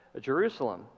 Jerusalem